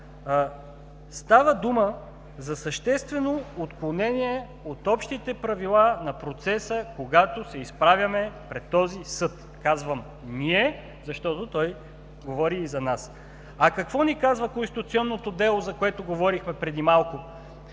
Става дума за съществено отклонение от общите правила на процеса, когато се изправяме пред този съд. Казвам ние, защото той говори и за нас. А какво ни казва конституционното дело, за което говорихме преди малко?